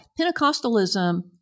Pentecostalism